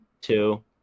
two